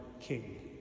king